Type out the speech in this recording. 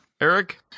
Eric